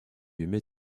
aimais